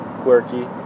quirky